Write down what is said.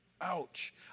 ouch